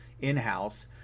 in-house